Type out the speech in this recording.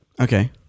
Okay